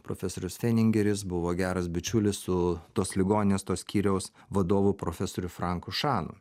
profesorius feningeris buvo geras bičiulis su tos ligoninės to skyriaus vadovu profesoriu franku šanu